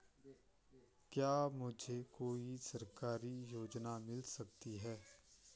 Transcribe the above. क्या मुझे कोई सरकारी योजना मिल सकती है?